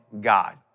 God